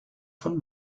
von